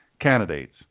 candidates